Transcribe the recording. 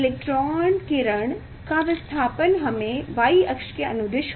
electron किरण का विस्थापन हमें Y अक्ष के अनुदिश होगा